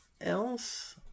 else